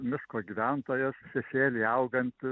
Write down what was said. miško gyventojas šešėly augant